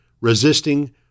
resisting